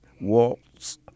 waltz